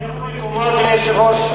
אני יכול במקומו, אדוני היושב-ראש?